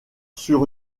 sur